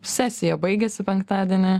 sesija baigiasi penktadienį